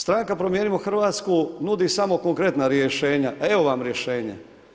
Stranka Promijenimo Hrvatsku nudi samo konkretna rješenja, evo vam rješenja.